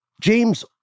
James